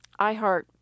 iHeart